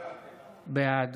בעד